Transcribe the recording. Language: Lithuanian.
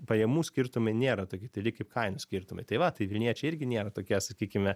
pajamų skirtumai nėra tokie dideli kaip kainų skirtumai tai va tai vilniečiai irgi nėra tokie sakykime